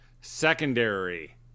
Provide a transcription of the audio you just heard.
secondary